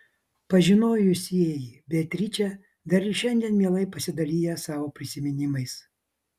pažinojusieji beatričę dar ir šiandien mielai pasidalija savo prisiminimais